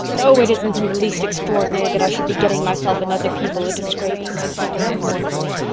oh, it isn't in the least extraordinary that i should be getting myself and other people into scrapes, said anne mournfully.